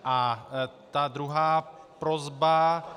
A ta druhá prosba